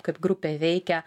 kaip grupė veikia